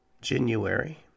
January